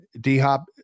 D-Hop